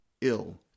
ill